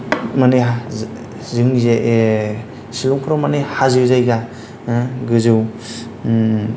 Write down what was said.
माने जोंनिजाय ए शिलंफोराव माने हाजो जायगा गोजौ